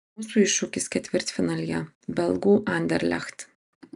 mūsų iššūkis ketvirtfinalyje belgų anderlecht